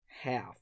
half